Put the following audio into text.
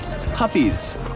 puppies